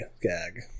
gag